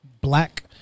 black